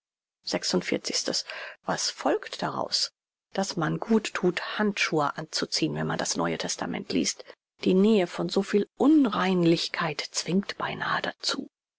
was folgt daraus daß man gut thut handschuhe anzuziehn wenn man das neue testament liest die nähe von so viel unreinlichkeit zwingt beinahe dazu